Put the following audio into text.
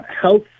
health